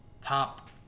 top